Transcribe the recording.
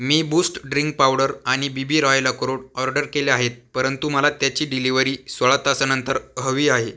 मी Boost drink powder आणि B B Royal अक्रोड order केले आहेत परंतु मला त्याची डिलिवरी सोळा तासांनंतर हवी आहे